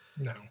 no